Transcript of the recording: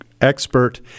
expert